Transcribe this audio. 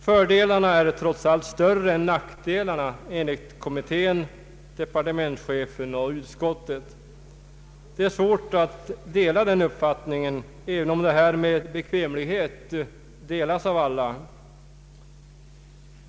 Fördelarna är trots allt större än nackdelarna enligt kommittén, departementschefen och utskottet. Det är svårt att dela den uppfattningen, även om önskan om bekvämlighet delas av alla.